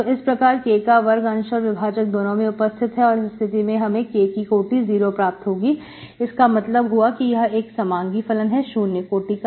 तो इस प्रकार K का वर्ग अंश और विभाजक दोनों में उपस्थित है और इस स्थिति में हमें K की कोटी 0 प्राप्त होगी इसका मतलब यह हुआ कि यह एक समांगी फलन है शून्य कोटि का